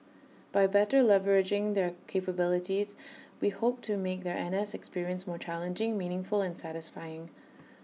by better leveraging their capabilities we hope to make their N S experience more challenging meaningful and satisfying